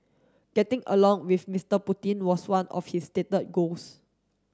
getting along with Mister Putin was one of his stated goals